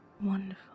wonderful